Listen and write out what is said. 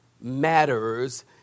matters